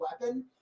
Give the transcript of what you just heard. weapon